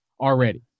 already